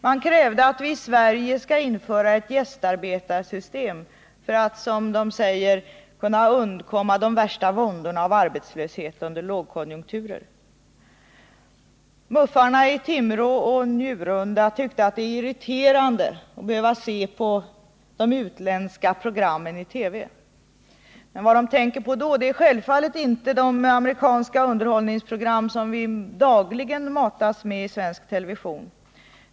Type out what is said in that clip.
De krävde att vi i Sverige skall införa ett gästarbetarsystem för att, som de säger, kunna undvika de värsta våndorna av arbetslöshet under lågkonjunkturer. MUF:arna i Timrå och Njurunda tycker att det är irriterande att behöva se de utländska programmen i TV. Vad de tänker på då är självfallet inte de amerikanska underhållningsprogram som vi dagligen matas med i svensk television.